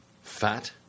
fat